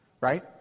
Right